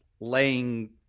laying